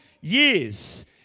years